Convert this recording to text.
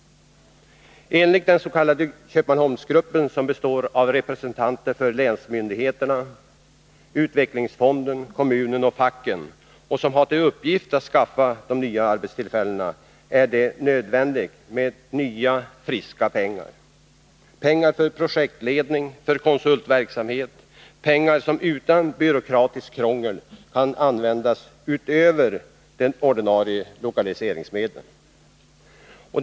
Enligt den s.k. Köpmanholmsgruppen, som består av representanter för länsmyndigheterna, utvecklingsfonden, kommunen och facken och som har till uppgift att skaffa de nya arbetstillfällena, är det nödvändigt med nya, friska pengar — pengar för projektering och för konsultuppdrag, pengar som utan byråkratiskt krångel kan användas utöver de ordinarie lokaliseringsmedlen.